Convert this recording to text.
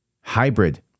hybrid